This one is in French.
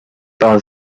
par